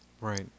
right